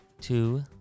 two